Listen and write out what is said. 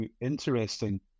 interesting